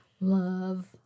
Love